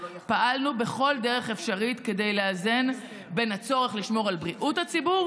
פעלנו בכל דרך אפשרית כדי לאזן בין הצורך לשמור על בריאות הציבור